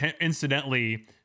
incidentally